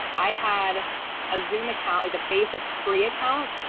i had a zoom account like the basic free account,